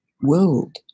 world